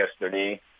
yesterday